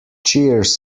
cheers